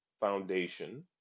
Foundation